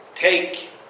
take